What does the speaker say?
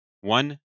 One